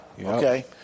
Okay